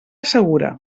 segura